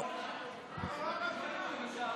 או כראש הממשלה החלופי בממשלת החילופים